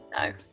no